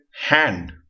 hand